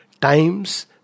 time's